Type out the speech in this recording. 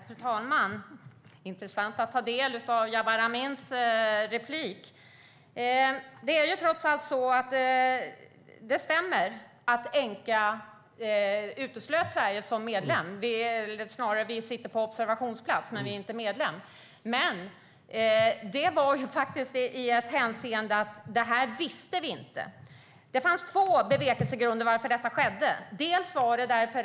Fru talman! Det är intressant att ta del av Jabar Amins replik. Det stämmer att ENQA uteslöt Sverige som medlem. Vi sitter på observationsplats, men vi är inte medlemmar. Men det var faktiskt så att vi inte visste det här. Det fanns två bevekelsegrunder i fråga om att detta skedde.